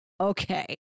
okay